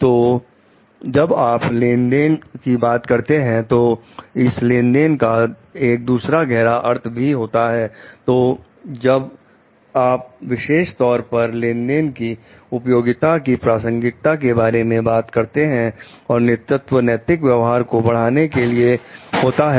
तो जब आप लेनदेन की बात करते हैं तो इस लेनदेन का एक दूसरा गहरा अर्थ भी होता है